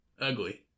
Ugly